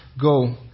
go